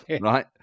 right